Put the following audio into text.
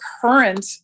current